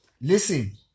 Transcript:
Listen